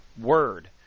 word